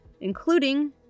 including